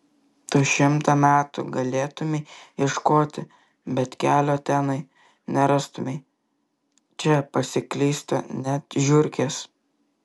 tu šimtą metų galėtumei ieškoti bet kelio tenai nerastumei čia pasiklysta net žiurkės